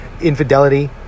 infidelity